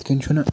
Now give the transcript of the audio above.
یِتھ کٔنۍ چھُنہٕ